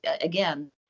again